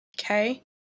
Okay